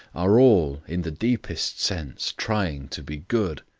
are all, in the deepest sense, trying to be good.